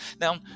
Now